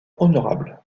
honorable